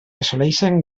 assoleixen